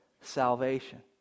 salvation